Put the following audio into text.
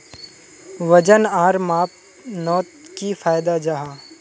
वजन आर मापनोत की फायदा जाहा?